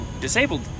disabled